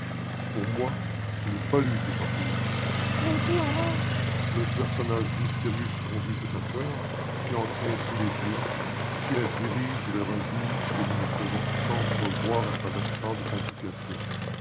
pour moi ce n'est pas lui qui est entré ici mais qui alors le personnage mystérieux qui conduit cette affaire qui en tient tous les fils et qui la dirige vers un but que nous ne faisons qu'entrevoir à travers tant de complications